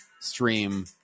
stream